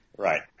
Right